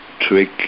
trick